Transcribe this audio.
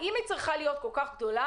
אבל האם היא צריכה להיות כל כך גדולה?